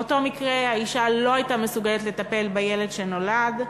באותו מקרה האישה לא הייתה מסוגלת לטפל בילד שנולד,